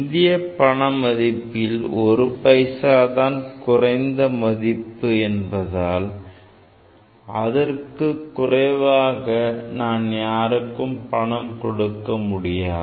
இந்திய பண மதிப்பில் ஒரு பைசா தான் குறைந்த மதிப்பு என்பதால் அதற்கு குறைவாக நான் யாருக்கும் கொடுக்க முடியாது